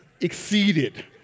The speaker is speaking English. exceeded